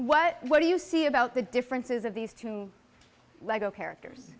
what what do you see about the differences of these two lego characters